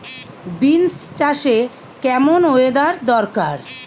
Beans চাষে কেমন weather দরকার?